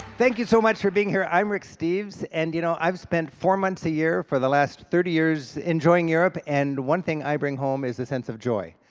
thank you so much for being here. i'm rick steves and, you know, i've spent four months a year for the last thirty years enjoying europe, and one thing i bring home is a sense of joy.